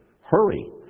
hurry